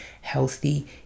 healthy